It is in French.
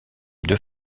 deux